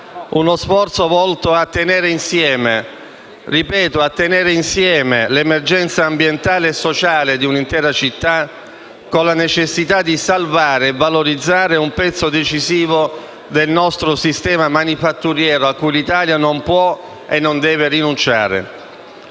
uno sforzo volto a tenere insieme - ripeto: a tenere insieme - l'emergenza ambientale e sociale di un'intera città con la necessità di salvare e valorizzare un pezzo decisivo del nostro sistema manifatturiero, a cui l'Italia non può e non deve rinunciare.